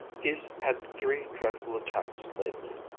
he's had three dreadful attacks lately.